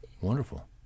wonderful